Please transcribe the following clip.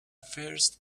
first